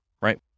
right